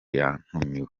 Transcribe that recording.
yatumiwe